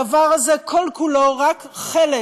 הדבר הזה הוא כל-כולו רק חלק